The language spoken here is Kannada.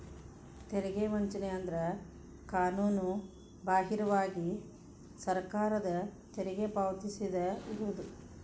ತೆರಿಗೆ ವಂಚನೆ ಅಂದ್ರ ಕಾನೂನುಬಾಹಿರವಾಗಿ ಸರ್ಕಾರಕ್ಕ ತೆರಿಗಿ ಪಾವತಿಸದ ಇರುದು